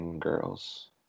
Girls